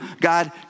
God